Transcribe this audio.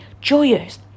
joyous